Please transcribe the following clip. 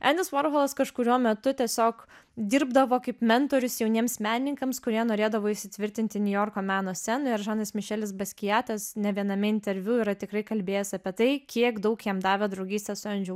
endis vorholas kažkuriuo metu tiesiog dirbdavo kaip mentorius jauniems menininkams kurie norėdavo įsitvirtinti niujorko meno scenoje ir žanas mišelis baskiatas ne viename interviu yra tikrai kalbėjęs apie tai kiek daug jam davė draugystė su endžiu vorholu